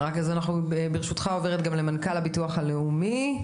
ברשותך, אני עוברת למנכ"ל הביטוח הלאומי.